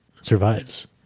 survives